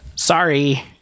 Sorry